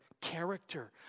character